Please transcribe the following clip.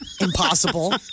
Impossible